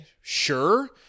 sure